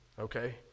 okay